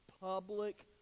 Public